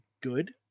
good